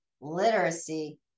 literacy